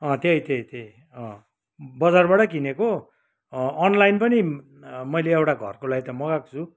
अँ त्यही त्यही त्यही अँ बजारबाटै किनेको अँ अनलाइन पनि मैले एउटा घरको लागि त मगाएको छु